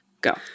Go